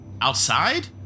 Outside